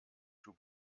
two